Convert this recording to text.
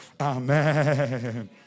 Amen